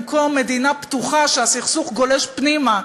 במקום מדינה פתוחה שהסכסוך גולש פנימה,